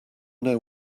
know